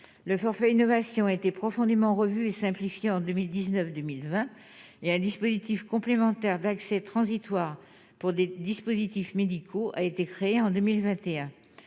le forfait innovation a été profondément revu et simplifié en 2019, 2020 et un dispositif complémentaire d'accès transitoire pour des dispositifs médicaux a été créé en 2021